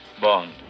Bond